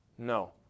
No